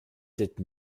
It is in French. sept